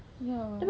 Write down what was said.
ya